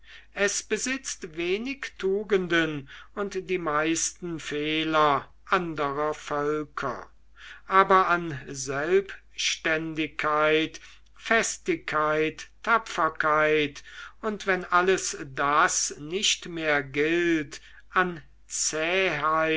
es besitzt wenig tugenden und die meisten fehler anderer völker aber an selbstständigkeit festigkeit tapferkeit und wenn alles das nicht mehr gilt an